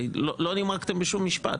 לא נימקתם בשום משפט,